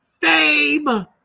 fame